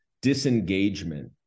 disengagement